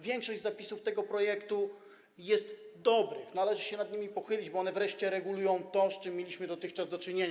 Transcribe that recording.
Większość zapisów tego projektu jest dobra, należy się nad nimi pochylić, bo one wreszcie regulują to, z czym mieliśmy dotychczas do czynienia.